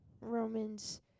Romans